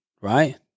right